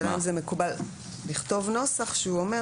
השאלה אם זה מקובל לכתוב נוסח שהוא אומר